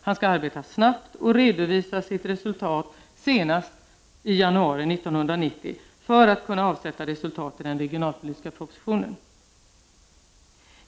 Han skall arbeta snabbt och redovisa sitt resultat senast i januari 1990, för att det skall kunna avsätta resultat i den regionalpolitiska propositionen.